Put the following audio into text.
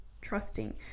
trusting